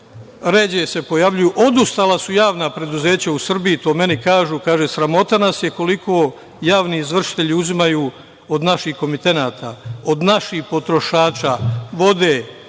ređe se pojavljuju, odustala su javna preduzeća u Srbiji, to meni kažu – sramota nas je koliko javni izvršitelji uzimaju od naših komitenata, od naših potrošača, vode,